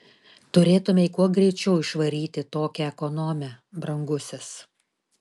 turėtumei kuo greičiau išvaryti tokią ekonomę brangusis